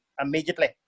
immediately